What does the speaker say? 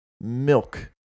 milk